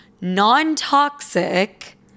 non-toxic